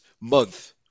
month